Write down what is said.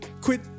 Quit